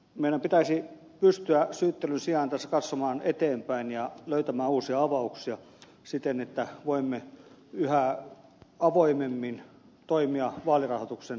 meidän pitäisi pystyä syyttelyn sijaan tässä katsomaan eteenpäin ja löytämään uusia avauksia siten että voimme yhä avoimemmin toimia vaalirahoituksen suhteen